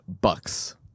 bucks